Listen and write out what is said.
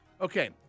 Okay